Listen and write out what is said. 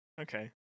okay